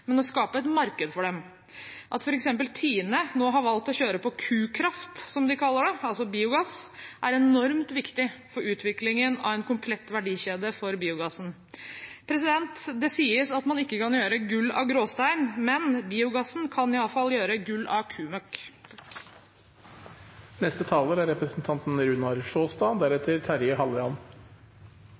men å skape et marked for dem. At f.eks. Tine nå har valgt å kjøre på kukraft, som de kaller det, altså biogass, er enormt viktig for utviklingen av en komplett verdikjede for biogassen. Det sies at man ikke kan gjøre gull av gråstein, men med biogassen kan man i alle fall gjøre gull av kumøkk! Biogass fra avfall gir høy verdiskaping både nå og i framtiden. Biogass er